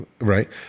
Right